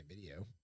video